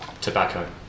tobacco